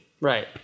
right